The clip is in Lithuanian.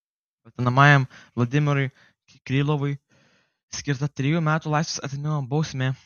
trečiam kaltinamajam vladimirui krylovui skirta trejų metų laisvės atėmimo bausmė